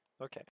Okay